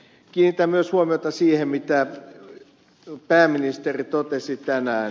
kiinnitän myös huomiota siihen mitä pääministeri totesi tänään